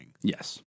Yes